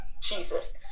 Jesus